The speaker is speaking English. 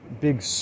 Big